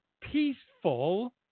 peaceful